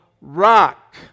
rock